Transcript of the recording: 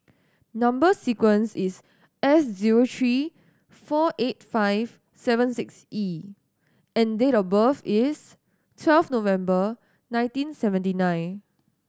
number sequence is S zero three four eight five seven six E and date of birth is twelve November nineteen seventy nine